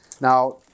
Now